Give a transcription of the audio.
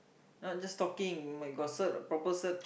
not just talking like got cert proper cert